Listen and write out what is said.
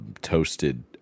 toasted